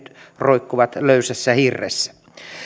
roikkuvat löysässä hirressä